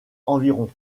environ